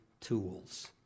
tools